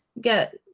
get